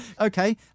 Okay